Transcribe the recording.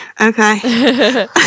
Okay